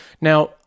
Now